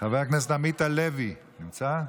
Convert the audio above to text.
חבר הכנסת עמית הלוי, לא נמצא,